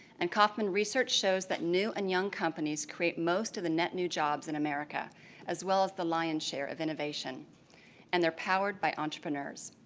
and kauffman research shows that new and young companies create most of the net new jobs in america as well as the lion's share of innovation and they're powered by entrepreneurs.